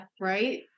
right